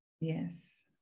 Yes